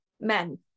men